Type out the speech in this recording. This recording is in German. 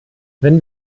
wenn